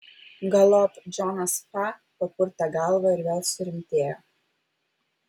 galop džonas fa papurtė galvą ir vėl surimtėjo